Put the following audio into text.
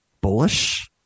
bullish